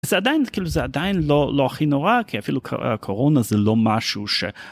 זה עדיין כאילו זה עדיין לא הכי נורא כי אפילו קורונה זה לא משהו ש.